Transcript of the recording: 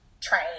train